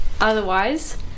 otherwise